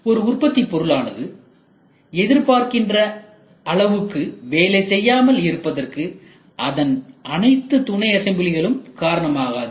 ஒரு உற்பத்தி பொருள் ஆனது எதிர்பார்க்கின்ற அளவுக்கு வேலை செய்யாமல் இருப்பதற்கு அதன் அனைத்து துணைஅசம்பிளிகளும் காரணமாகாது